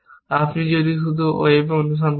আপনি যদি শুধু ওয়েবে অনুসন্ধান করেন